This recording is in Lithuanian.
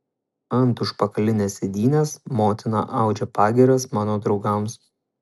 ant užpakalinės sėdynės motina audžia pagyras mano draugams